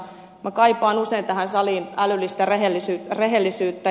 minä kaipaan usein tähän saliin älyllistä rehellisyyttä